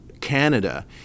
Canada